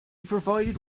provided